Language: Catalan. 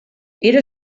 era